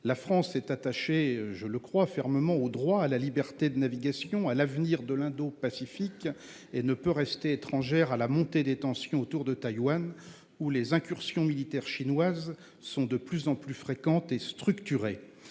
La France qui, je le crois, est fermement attachée au droit, à la liberté de navigation et à l'avenir de l'Indopacifique ne peut rester étrangère à la montée des tensions autour de Taïwan, où les incursions militaires chinoises sont de plus en plus fréquentes et structurées.